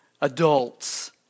adults